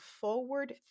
forward